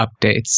updates